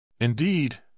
Indeed